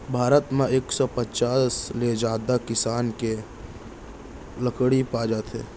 भारत म एक सौ पचास ले जादा किसम के लकड़ी पाए जाथे